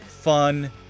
fun